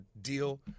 deal